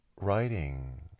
writing